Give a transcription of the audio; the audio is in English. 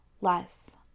less